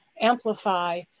amplify